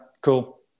cool